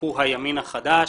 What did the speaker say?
הוא הימין החדש,